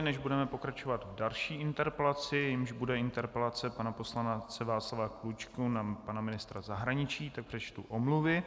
Než budeme pokračovat v další interpelaci, což bude interpelace pana poslance Václava Klučky na pana ministra zahraničí, tak přečtu omluvy.